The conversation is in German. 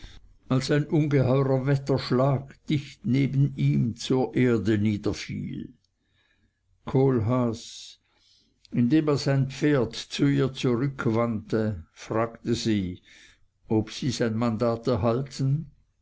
als ein ungeheurer wetterschlag dicht neben ihm zur erde niederfiel kohlhaas indem er sein pferd zu ihr zurückwandte fragte sie ob sie sein mandat erhalten